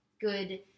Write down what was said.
good